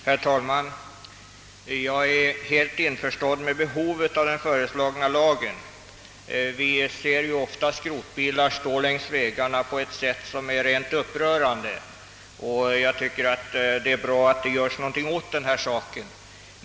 Herr talman! Jag är helt införstådd med att den föreslagna lagen behövs. Vi ser ofta skrotbilar stå längs vägarna. Det är upprörande, och jag tycker att det är bra att det nu göres någonting däråt.